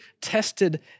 tested